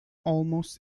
almost